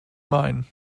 mein